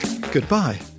goodbye